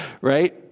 Right